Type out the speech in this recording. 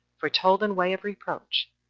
foretold, in way of reproach,